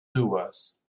doers